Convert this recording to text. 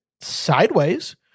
sideways